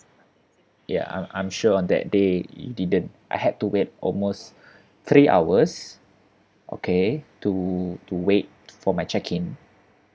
ya I'm I'm sure on that day you didn't I had to wait almost three hours okay to to wait for my check in